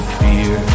fear